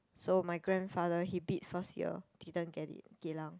so my grandfather he bid first year didn't get it Geylang